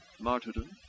martyrdom